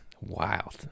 Wild